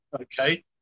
Okay